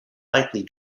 likely